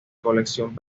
colección